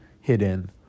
hidden